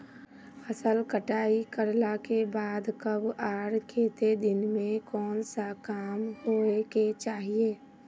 फसल कटाई करला के बाद कब आर केते दिन में कोन सा काम होय के चाहिए?